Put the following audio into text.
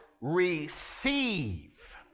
receive